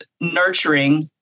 nurturing